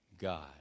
God